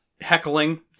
heckling